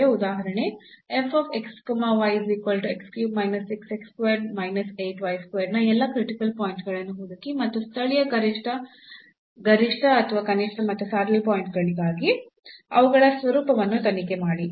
ಉದಾಹರಣೆ ನ ಎಲ್ಲಾ ಕ್ರಿಟಿಕಲ್ ಪಾಯಿಂಟ್ ಗಳನ್ನು ಹುಡುಕಿ ಮತ್ತು ಸ್ಥಳೀಯ ಗರಿಷ್ಠಕನಿಷ್ಠ ಮತ್ತು ಸ್ಯಾಡಲ್ ಪಾಯಿಂಟ್ಗಾಗಿ ಅವುಗಳ ಸ್ವರೂಪವನ್ನು ತನಿಖೆ ಮಾಡಿ